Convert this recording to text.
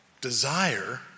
desire